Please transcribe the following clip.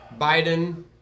Biden